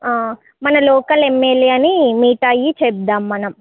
మన local MLA ని meet అయ్యి చెప్దాం మనం